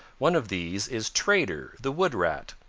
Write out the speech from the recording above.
one of these is trader the wood rat,